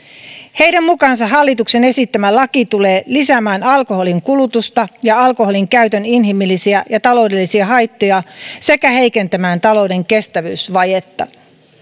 heidän mukaansa hallituksen esittämä laki tulee lisäämään alkoholin kulutusta ja alkoholinkäytön inhimillisiä ja taloudellisia haittoja sekä heikentämään talouden kestävyysvajetta